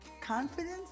confidence